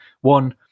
one